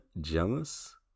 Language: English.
jealous